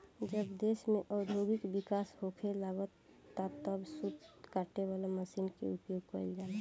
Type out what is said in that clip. जब देश में औद्योगिक विकास होखे लागल तब सूत काटे वाला मशीन के उपयोग गईल जाला